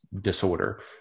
disorder